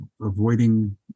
avoiding